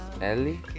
Ellie